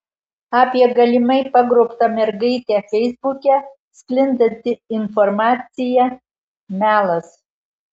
apie galimai pagrobtą mergaitę feisbuke sklindanti informacija melas